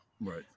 right